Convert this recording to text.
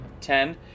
Ten